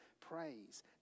praise